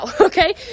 Okay